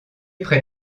près